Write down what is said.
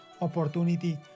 opportunity